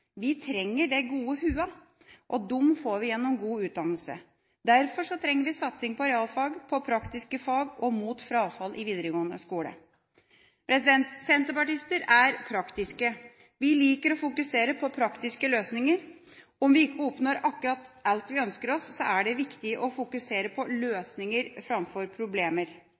Vi trenger de gode hodene, og dem får vi gjennom god utdannelse. Derfor trenger vi en satsing på realfag, på praktiske fag og mot frafall i videregående skole. Senterpartister er praktiske, vi liker å fokusere på praktiske løsninger. Om vi ikke oppnår akkurat alt vi ønsker oss, er det viktig å fokusere på løsninger framfor problemer.